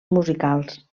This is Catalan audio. musicals